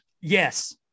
yes